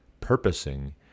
purposing